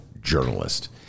journalist